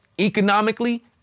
economically